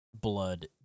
blood